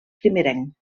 primerenc